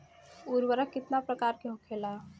उर्वरक कितना प्रकार के होखेला?